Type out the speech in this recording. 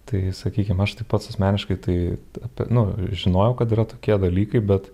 tai sakykim aš tai pats asmeniškai tai apie nu žinojau kad yra tokie dalykai bet